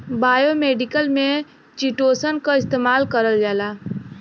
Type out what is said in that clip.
biomedical में chitosan क इस्तेमाल करल जाला